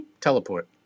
Teleport